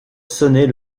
sonner